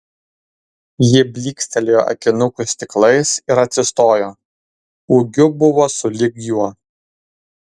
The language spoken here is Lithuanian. ji blykstelėjo akinukų stiklais ir atsistojo ūgiu buvo sulig juo